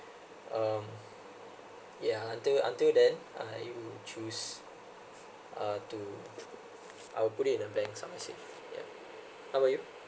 (um)yeah until until then I would choose uh to I'll put it in a bank somewhere safe how about you